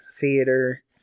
theater